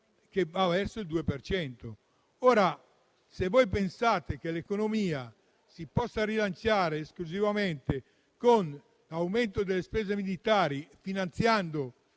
che vanno verso il 2 per cento. Se voi pensate che l'economia si possa rilanciare esclusivamente con l'aumento delle spese militari, esportando